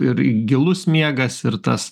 ir gilus miegas ir tas